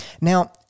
Now